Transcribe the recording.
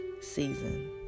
season